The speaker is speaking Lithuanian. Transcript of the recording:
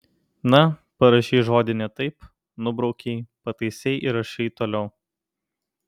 na parašei žodį ne taip nubraukei pataisei ir rašai toliau